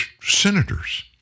senators